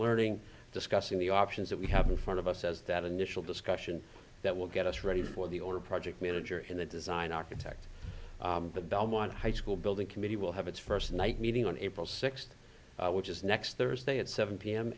learning discussing the options that we have in front of us as that initial discussion that will get us ready for the order project manager in the design architect the belmont high school building committee will have its first night meeting on april sixth which is next thursday at seven p